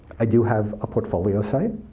i do have a portfolio site,